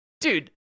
dude